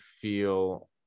feel